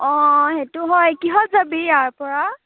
অ সেইটো হয় কিহত যাবি ইয়াৰ পৰা